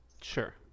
sure